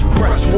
Press